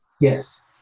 Yes